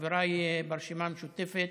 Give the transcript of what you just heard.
חבריי ברשימה המשותפת,